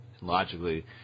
logically